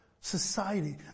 society